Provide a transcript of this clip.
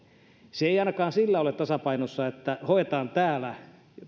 se ei ainakaan sillä ole tasapainossa että hoetaan täällä